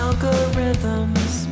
Algorithms